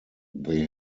they